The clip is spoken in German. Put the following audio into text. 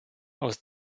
aus